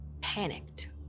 panicked